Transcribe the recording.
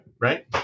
right